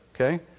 okay